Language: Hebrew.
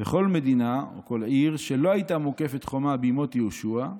"וכל מדינה" או כל עיר "שלא הייתה מוקפת חומה בימות יהושע,